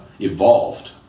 evolved